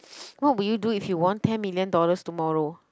what would you do if you won ten million dollars tomorrow